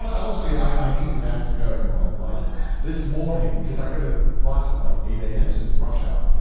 but honestly i needed after going on it, like this morning, cause i go to class at like eight zero am, so it's rush hour.